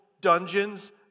dungeons